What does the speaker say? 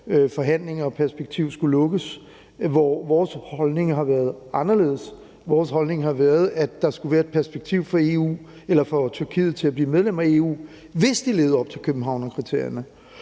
forhandling og perspektiv skulle lukkes, hvor vores holdning har været anderledes, altså at der skulle være et perspektiv for Tyrkiet til at blive medlemmer af EU, hvis de levede op til Københavnerkriterierne,